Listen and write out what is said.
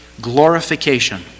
glorification